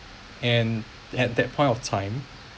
and at that point of time